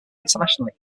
internationally